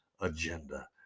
Agenda